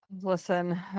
Listen